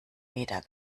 wieder